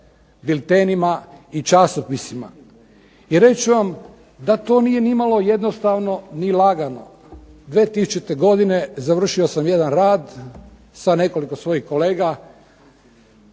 biltenima i časopisima. I reći ću vam da to nije ni malo jednostavno ni lagano, 2000. godine završio sam jedan rad sa nekoliko svojih kolega,